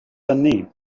hynny